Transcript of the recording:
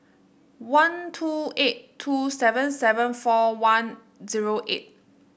one two eight two seven seven four one zero eight